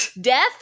death